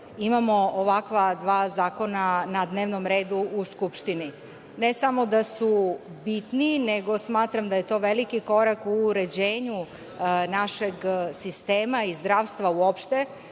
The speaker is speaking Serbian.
imamo ovakva dva zakona na dnevnom redu u Skupštini. Ne samo da su bitni, nego smatram da je to veliki korak u uređenju našeg sistema i zdravstva uopšte.